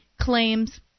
claims